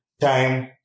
time